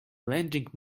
lending